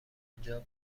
اونجا